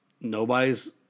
Nobody's